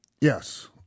Yes